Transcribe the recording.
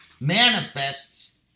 manifests